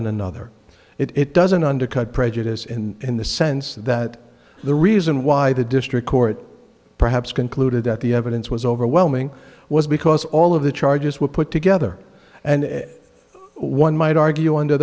in another it doesn't undercut prejudice in the sense that the reason why the district court perhaps concluded that the evidence was overwhelming was because all of the charges were put together and as one might argue under